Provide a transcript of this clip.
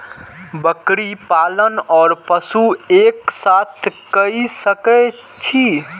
बकरी पालन ओर पशु एक साथ कई सके छी?